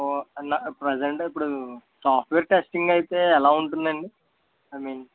present ఇప్పుడు software testing అయితే ఎలా ఉంటుందండి ఐ మీన్